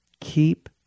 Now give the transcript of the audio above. Keep